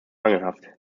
mangelhaft